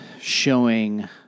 showing